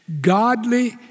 godly